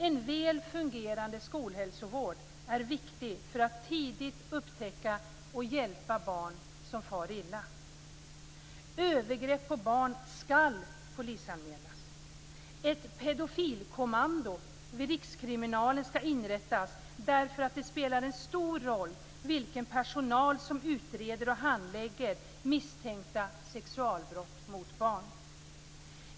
En väl fungerande skolhälsovård är viktig för att tidigt kunna upptäcka och hjälpa barn som far illa. Övergrepp mot barn skall polisanmälas. Ett pedofilkommando vid rikskriminalen skall inrättas. Det spelar nämligen en stor roll vilken personal som utreder och handlägger misstänkta sexualbrott mot barn.